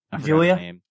Julia